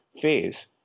phase